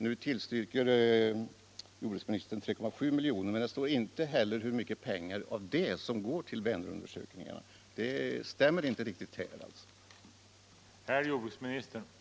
Nu tillstyrker jordbruksministern 3,7 milj.kr. sammanlagt för miljövårdsforskning, men det står inte hur mycket av dessa pengar som går till Vänerundersökningarna. Detta stämmer inte riktigt med jordbruksministerns resonemang.